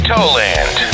Toland